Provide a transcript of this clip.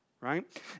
right